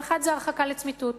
ואחד זה הרחקה לצמיתות.